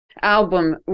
album